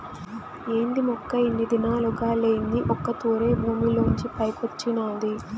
ఏంది మొక్క ఇన్ని దినాలుగా లేంది ఒక్క తూరె భూమిలోంచి పైకొచ్చినాది